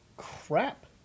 crap